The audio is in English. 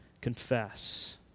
confess